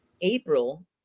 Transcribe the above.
april